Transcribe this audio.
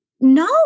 No